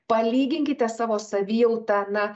palyginkite savo savijautą na